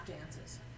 dances